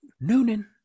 Noonan